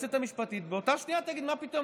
היועצת המשפטית תגיד באותה שנייה: מה פתאום,